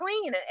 clean